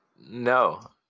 no